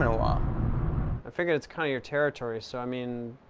in a while. i figure it's kind of your territory, so, i mean,